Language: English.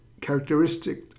characteristic